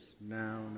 now